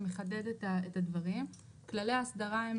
שמחדד את הדברים: כללי האסדרה,